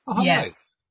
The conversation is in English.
Yes